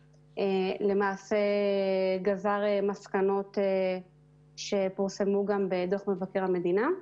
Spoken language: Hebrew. גזר מסקנות שפורסמו גם בדוח מבקר המדינה.